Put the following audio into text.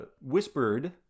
whispered